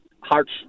hearts